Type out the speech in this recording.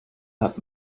hat